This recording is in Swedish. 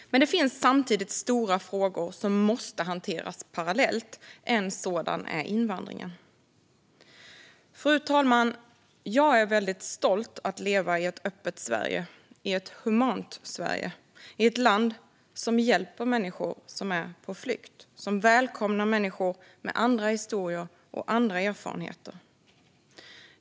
Men det finns stora frågor som måste hanteras parallellt. En sådan är invandringen. Jag är stolt över att leva i ett öppet Sverige - ett humant Sverige. Det är ett land som hjälper människor på flykt och som välkomnar människor med andra historier och andra erfarenheter.